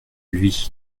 lui